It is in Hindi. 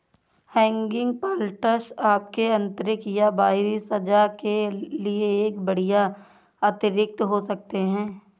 हैगिंग प्लांटर्स आपके आंतरिक या बाहरी सज्जा के लिए एक बढ़िया अतिरिक्त हो सकते है